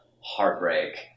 heartbreak